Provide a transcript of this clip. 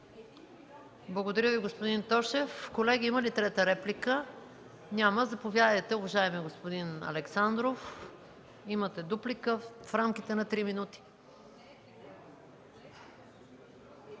Благодаря Ви, господин Тошев. Колеги, има ли трета реплика? Няма. Заповядайте, уважаеми господин Александров. Имате право на дуплика.